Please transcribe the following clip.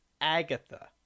agatha